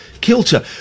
kilter